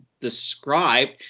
described